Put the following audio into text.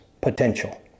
potential